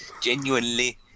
Genuinely